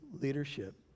leadership